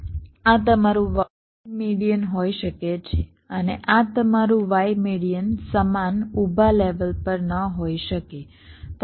તેથી આ તમારું y મેડીઅન હોઈ શકે છે અને આ તમારું y મેડીઅન સમાન ઊભા લેવલ પર ન હોઈ શકે